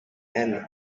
and